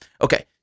Okay